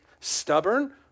stubborn